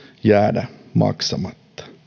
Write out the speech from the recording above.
jäädä maksamatta